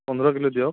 পোন্ধৰ কিলো দিয়ক